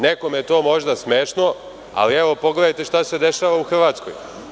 Nekome je to možda smešno, ali pogledajte šta se dešava u Hrvatskoj.